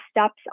steps